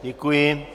Děkuji.